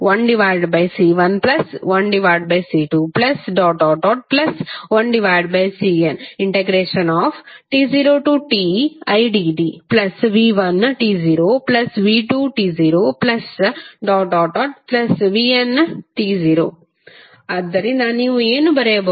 1C11C21Cnt0tidtv1t0v2t0vnt0 ಆದ್ದರಿಂದ ನೀವು ಏನು ಬರೆಯಬಹುದು